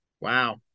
Wow